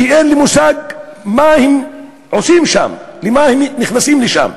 שאין מושג מה הם עושים שם, למה הם נכנסים לשם.